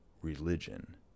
religion